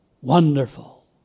Wonderful